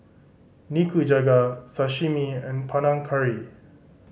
Nikujaga Sashimi and Panang Curry